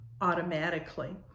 automatically